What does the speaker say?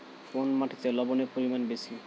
কোন মাটিতে লবণের পরিমাণ বেশি?